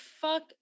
fuck